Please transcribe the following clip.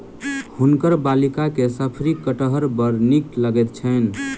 हुनकर बालिका के शफरी कटहर बड़ नीक लगैत छैन